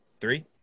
three